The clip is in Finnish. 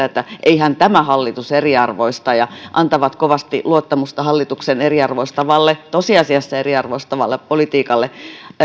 että eihän tämä hallitus eriarvoista ja antavat kovasti luottamusta hallituksen tosiasiassa eriarvoistavalle politiikalle